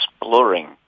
exploring